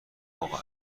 اقا